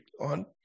on